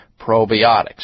probiotics